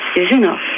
is enough,